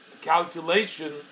calculation